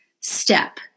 step